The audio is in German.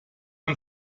und